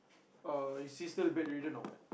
uh is he still bedridden or what